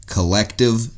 Collective